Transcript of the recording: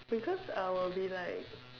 because I will be like